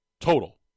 total